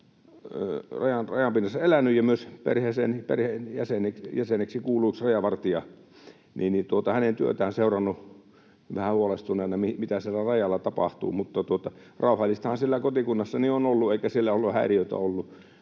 rajan pinnassa elänyt ja myös perheeseen kuuluu yksi rajavartija, niin olen hänen työtään seurannut vähän huolestuneena, että mitä siellä rajalla tapahtuu, mutta rauhallistahan siellä kotikunnassani on ollut, eikä siellä ole häiriöitä